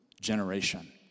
generation